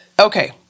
Okay